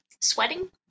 sweating